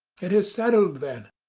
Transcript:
it is settled, then.